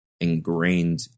ingrained